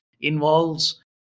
involves